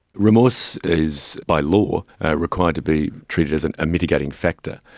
remorse is by law required to be treated as and a mitigating factor.